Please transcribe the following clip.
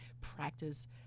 practice